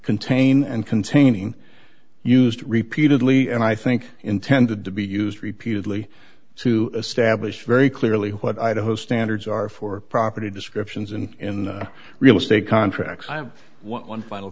contain and containing used repeatedly and i think intended to be used repeatedly to establish very clearly what i'd host danders are for property descriptions and in the real estate contracts i have one final